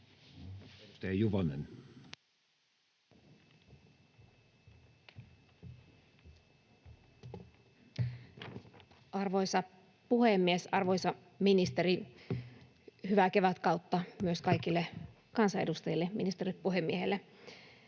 Arvoisa puhemies, arvoisa ministeri! Hyvää kevätkautta myös kaikille kansanedustajille, ministerille ja puhemiehelle.